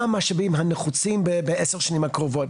מה המשאבים הנחוצים בעשר השנים הקרובות?